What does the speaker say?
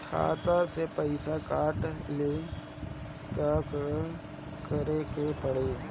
खाता से पैसा काट ली त का करे के पड़ी?